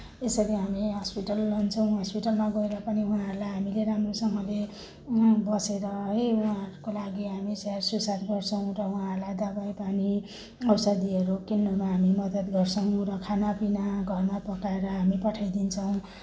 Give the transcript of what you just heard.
यसरी हामी हस्पिटल लान्छौँ हस्पिटलमा गएर पनि उहाँहरूलाई हामीले राम्रोसँगले बसेर है उहाँहरूको लागि हामी स्याहार सुसार गर्छौँ र उहाँहरूलाई दवाई पानी औषधिहरू किन्नमा हामी मद्दत गर्छौँ खानापीना घरमा पकाएर हामी पठाइदिन्छौँ